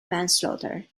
manslaughter